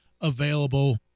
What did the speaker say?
available